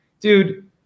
dude